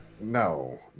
No